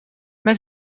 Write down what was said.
met